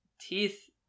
teeth